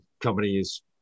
companies